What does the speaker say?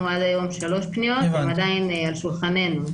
עד היום 3 פניות והן עדיין על שולחננו.